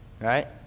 Right